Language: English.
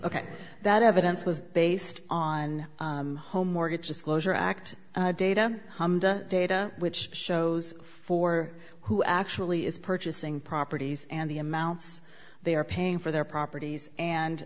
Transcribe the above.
ok that evidence was based on home mortgage disclosure act data data which shows for who actually is purchasing properties and the amounts they are paying for their properties and